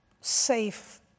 safe